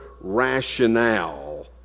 rationale